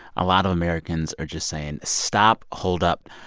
a lot of americans are just saying, stop. hold up.